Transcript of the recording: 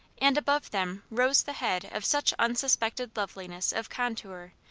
and above them rose the head of such unsuspected loveliness of contour,